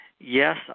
Yes